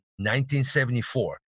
1974